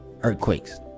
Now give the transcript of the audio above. earthquakes